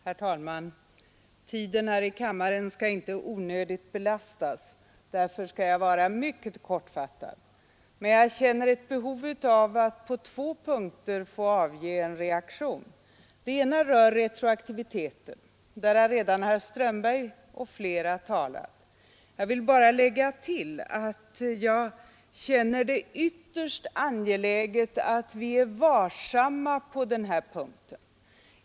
Herr talman! Tiden här i kammaren skall inte onödigt belastas, och därför skall jag vara mycket kortfattad. Men jag känner ett behov av att reagera på två punkter. Den ena rör retroaktiviteten, som herr Strömberg redan har tagit upp. Jag vill bara tillägga att det är ytterst angeläget att vi är varsamma på den här punkten.